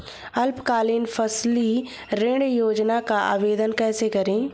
अल्पकालीन फसली ऋण योजना का आवेदन कैसे करें?